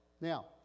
now